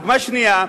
דוגמה שנייה: